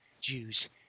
Jews